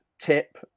tip